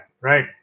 right